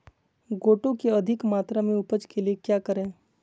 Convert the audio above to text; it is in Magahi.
गोटो की अधिक मात्रा में उपज के लिए क्या करें?